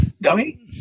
dummy